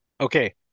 Okay